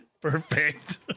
Perfect